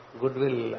goodwill